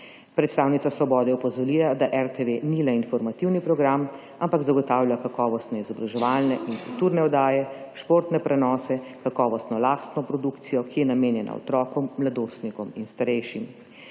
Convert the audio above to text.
Predstavnica Svobode je opozorila, da RTV ni le informativni program, ampak zagotavlja kakovostne izobraževalne in kulturne oddaje, športne prenose, kakovostno lastno produkcijo, ki je namenjena otrokom, mladostnikom in starejšim.